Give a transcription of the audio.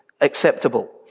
acceptable